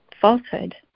falsehood